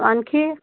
आणखी